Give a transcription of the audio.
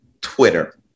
Twitter